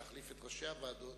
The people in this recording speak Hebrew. להחליף את ראשי הוועדות,